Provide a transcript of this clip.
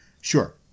Sure